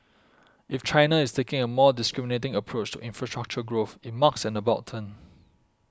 if China is taking a more discriminating approach to infrastructure growth it marks an about turn